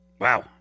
Wow